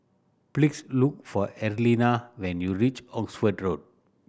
please look for Arlena when you reach Oxford Road